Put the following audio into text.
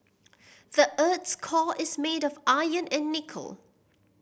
the earth's core is made of iron and nickel